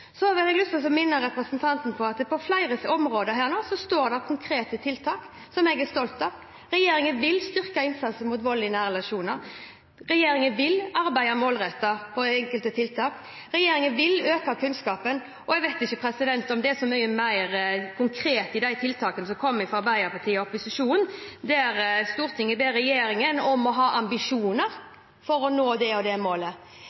Så har jeg lyst til å minne representanten om at på flere områder her står det om konkrete tiltak som jeg er stolt av. Regjeringen vil styrke innsatsen mot vold i nære relasjoner. Regjeringen vil arbeide målrettet med enkelte tiltak. Regjeringen vil øke kunnskapen. Jeg vet ikke om det er så mye mer konkret i de tiltakene som kommer fra Arbeiderpartiet og opposisjonen, der Stortinget ber regjeringen om å ha ambisjoner for å nå det og det målet.